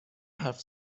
حرف